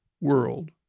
world